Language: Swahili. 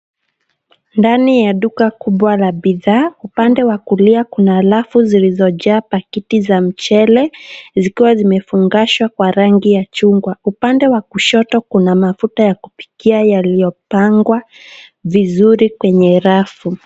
Ndani ya duka kubwa la bidhaa. Upande wa kulia kuna rafu zilizojaa pakiti za mchele, zikiwa zimefungashwa kwa rangi ya chungwa. Upande wa kushoto kuna mafuta ya kupikia yaliyopangwa vizuri kwenye rafu.